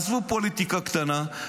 עזבו פוליטיקה קטנה,